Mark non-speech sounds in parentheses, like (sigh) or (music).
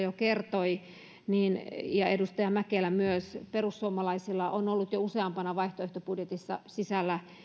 (unintelligible) jo kertoi ja edustaja mäkelä myös perussuomalaisilla on on ollut jo useammassa vaihtoehtobudjetissa sisällä